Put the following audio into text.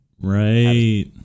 right